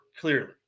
Clearly